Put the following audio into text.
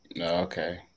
Okay